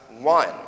one